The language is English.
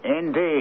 Indeed